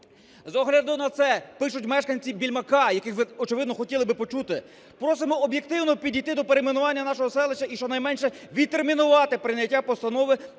З огляду на це, пишуть мешканці Більмака, яких ви, очевидно, хотіли би почути: "Просимо об'єктивно підійти до перейменування нашого селища і, щонайменше, відтермінувати прийняття постанови